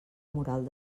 moral